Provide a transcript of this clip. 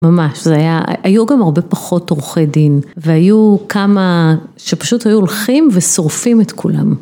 ממש, זה היה, היו גם הרבה פחות עורכי דין והיו כמה שפשוט היו הולכים ושורפים את כולם.